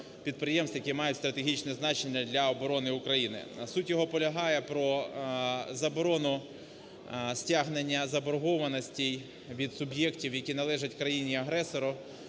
підприємств, які мають стратегічне значення для оборони України. Суть його полягає про заборону стягнення заборгованостей від суб'єктів, які належать країні-агресору,